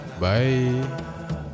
bye